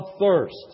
thirst